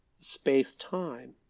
space-time